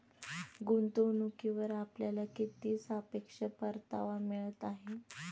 गुंतवणूकीवर आपल्याला किती सापेक्ष परतावा मिळत आहे?